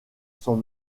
sont